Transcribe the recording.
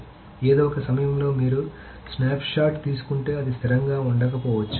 కాబట్టి ఏదో ఒక సమయంలో మీరు స్నాప్షాట్ తీసుకుంటే అది స్థిరంగా ఉండకపోవచ్చు